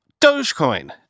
Dogecoin